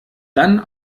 dann